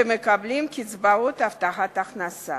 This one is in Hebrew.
ומקבלים קצבאות הבטחת הכנסה.